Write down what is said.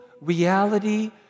reality